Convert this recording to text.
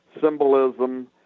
symbolism